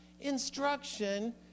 instruction